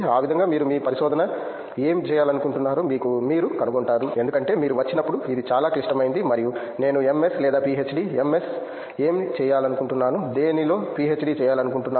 ఆ విధంగా మీరు మీ పరిశోధన ఏమి చేయాలనుకుంటున్నారో మీరు కనుగొంటారు ఎందుకంటే మీరు వచ్చినప్పుడు ఇది చాలా క్లిష్టమైనది మరియు నేను ఎంఎస్ లేదా పిహెచ్డి ఎంఎస్ ఏమి చేయాలనుకుంటున్నాను దేనిలో పిహెచ్డి చేయాలనుకుంటున్నాను